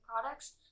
products